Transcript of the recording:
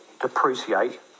depreciate